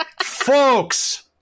Folks